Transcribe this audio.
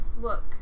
look